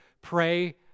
pray